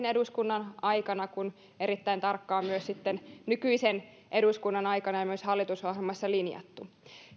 eduskunnan aikana kuin erittäin tarkkaan myös sitten nykyisen eduskunnan aikana ja myös hallitusohjelmassa linjattu